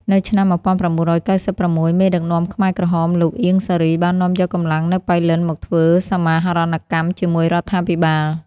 នៅឆ្នាំ ១៩៩៦ មេដឹកនាំខ្មែរក្រហមលោក អៀង សារី បាននាំយកកម្លាំងនៅប៉ៃលិនមកធ្វើសមាហរណកម្មជាមួយរដ្ឋាភិបាល។